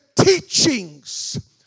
teachings